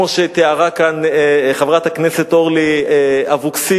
כמו שתיארה כאן חברת הכנסת אורלי אבקסיס,